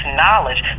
knowledge